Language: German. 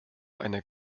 einer